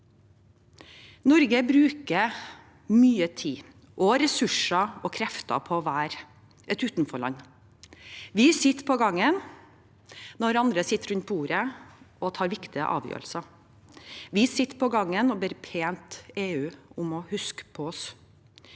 Norge bruker mye tid, ressurser og krefter på å være et utenforland. Vi sitter på gangen når andre sitter rundt bordet og tar viktige avgjørelser. Vi sitter på gangen og ber pent EU om å huske på oss.